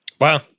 Wow